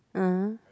(uh huh)